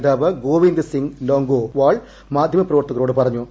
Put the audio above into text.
നേതാവ് ഗോവിന്ദ് സിംഗ് ലോങ്ഗോ വാൾ മാധ്യമപ്രവർത്തരോട് പറഞ്ഞു